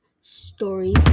Stories